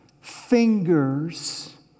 fingers